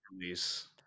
release